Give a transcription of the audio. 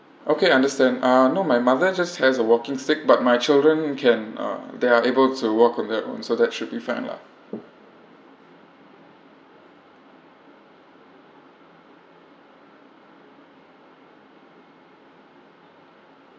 okay understand uh no my mother just has a walking stick but my children can uh they are able to work on their own so that should be fine lah